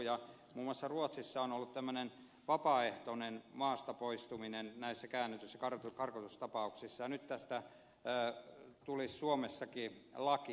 muun muassa ruotsissa on ollut tämmöinen vapaaehtoinen maastapoistuminen käännytys ja karkotustapauksissa ja nyt tästä tulisi suomessakin laki